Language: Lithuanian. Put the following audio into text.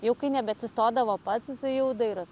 jau kai nebeatsistodavo pats jisai jau dairos